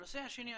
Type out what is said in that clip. הנושא השני,